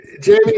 Jamie